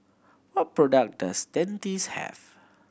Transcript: what product does Dentiste have